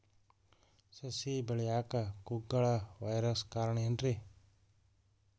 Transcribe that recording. ಸಸಿ ಬೆಳೆಯಾಕ ಕುಗ್ಗಳ ವೈರಸ್ ಕಾರಣ ಏನ್ರಿ?